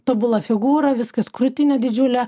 tobula figūra viskas krūtinė didžiulė